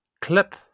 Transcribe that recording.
clip